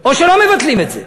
או שלא מבטלים את זה?